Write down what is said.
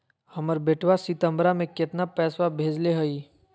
हमर बेटवा सितंबरा में कितना पैसवा भेजले हई?